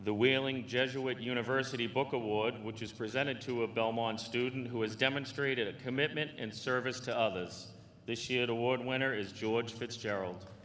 the wheeling jesuit university book award which is presented to a belmont student who has demonstrated commitment and service to others this year award winner is george fitzgerald